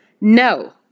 No